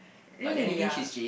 really ah